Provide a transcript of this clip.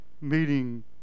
meeting